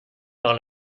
par